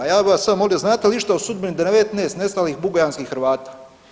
A ja bih vas sad molio, znate li išta o sudbini 19 nestalih bugojanskih Hrvata?